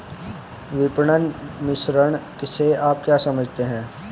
विपणन मिश्रण से आप क्या समझते हैं?